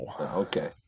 Okay